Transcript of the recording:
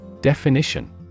Definition